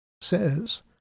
says